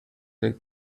take